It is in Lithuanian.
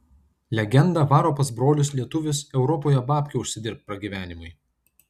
legenda varo pas brolius lietuvius europoje babkių užsidirbt pragyvenimui